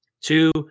two